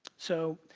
so,